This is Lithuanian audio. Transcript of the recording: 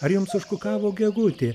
ar jums užkukavo gegutė